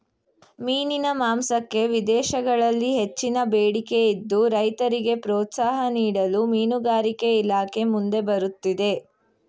ಮೀನಿನ ಮಾಂಸಕ್ಕೆ ವಿದೇಶಗಳಲ್ಲಿ ಹೆಚ್ಚಿನ ಬೇಡಿಕೆ ಇದ್ದು, ರೈತರಿಗೆ ಪ್ರೋತ್ಸಾಹ ನೀಡಲು ಮೀನುಗಾರಿಕೆ ಇಲಾಖೆ ಮುಂದೆ ಬರುತ್ತಿದೆ